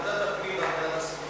ועדת הפנים והגנת הסביבה.